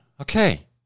Okay